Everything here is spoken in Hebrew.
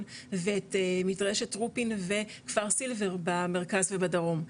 ואת מדרשת רופין וכפר סילבר במרכז ובדרום,